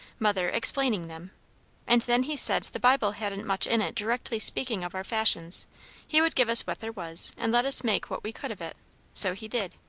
mother explaining them and then he said the bible hadn't much in it directly speaking of our fashions he would give us what there was, and let us make what we could of it so he did.